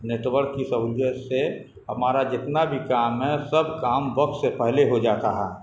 net work کی سہولیت سے ہمارا جتنا بھی کام ہے سب کام وقت سے پہلے ہو جاتا ہے